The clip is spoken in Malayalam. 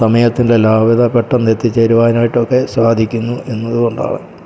സമയത്തിൻ്റെ ലാഭ്യത പെട്ടെന്ന് എത്തിച്ചേരുവനായിട്ടൊക്കെ സാധിക്കുന്നു എന്നത് കൊണ്ടാണ്